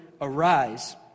arise